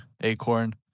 Acorn